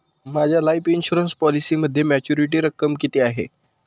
माझ्या life insurance पॉलिसीमध्ये maturity रक्कम किती आहे?